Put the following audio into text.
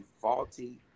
faulty